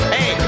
Hey